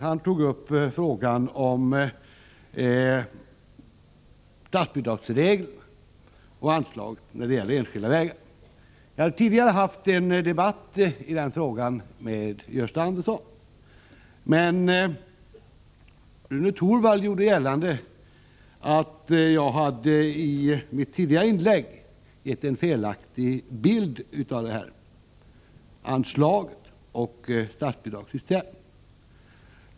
Han tog upp frågan om statsbidragsreglerna och anslaget till enskilda vägar. Jag har tidigare haft en debatt i den frågan med Gösta Andersson. Rune Torwald gjorde gällande att jag i mitt tidigare inlägg hade gett en felaktig bild av detta anslag och av statsbidragssystemet.